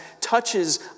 touches